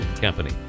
Company